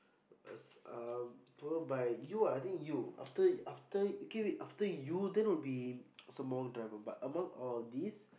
uh um followed by you ah I think you after after K wait after you then will be some more driver but among all these